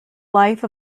life